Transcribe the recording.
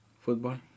Football